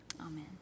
Amen